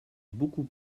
beaucoup